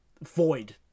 void